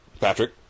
Patrick